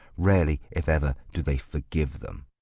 rarely if ever do they forgive them.